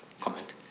comment